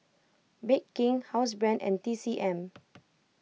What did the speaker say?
Bake King Housebrand and T C M